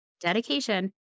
dedication